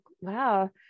wow